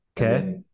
Okay